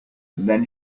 then